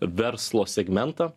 verslo segmentą